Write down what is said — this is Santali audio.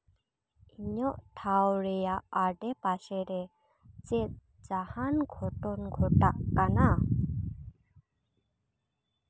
ᱤᱧᱟᱹᱜ ᱴᱷᱟᱶ ᱨᱮᱭᱟᱜ ᱟᱰᱮᱯᱟᱥᱮ ᱨᱮ ᱪᱮᱫ ᱡᱟᱦᱟᱱ ᱜᱷᱚᱴᱚᱱ ᱜᱷᱚᱴᱟᱜ ᱠᱟᱱᱟ